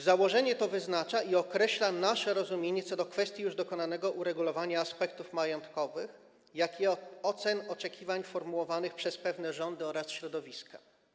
Założenie to wyznacza i określa nasze rozumienie co do kwestii już dokonanego uregulowania aspektów majątkowych i ocen oczekiwań formułowanych przez pewne rządy oraz środowiska.